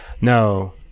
no